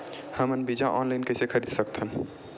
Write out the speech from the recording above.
हमन बीजा ऑनलाइन कइसे खरीद सकथन?